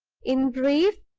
in brief,